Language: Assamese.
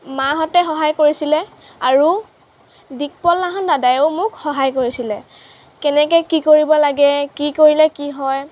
মাহঁতে সহায় কৰিছিলে আৰু দিকপল লাহন দাদায়ো মোক সহায় কৰিছিলে কেনেকৈ কি কৰিব লাগে কি কৰিলে কি হয়